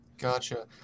Gotcha